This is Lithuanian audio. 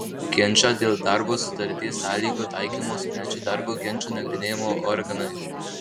ginčą dėl darbo sutarties sąlygų taikymo sprendžia darbo ginčų nagrinėjimo organai